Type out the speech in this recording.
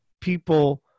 people